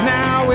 now